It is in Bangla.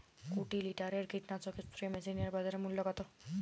কুরি লিটারের কীটনাশক স্প্রে মেশিনের বাজার মূল্য কতো?